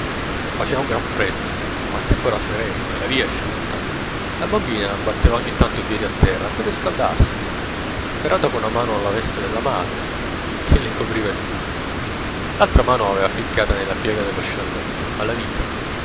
faceva un gran freddo ma il tempo era sereno e la via asciutta la bambina batteva ogni tanto i piedi a terra per riscaldarsi afferrata con una mano alla veste della madre che le covriva il pugno l'altra mano aveva ficcata nella piega dello scialletto alla vita